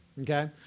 okay